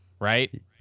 right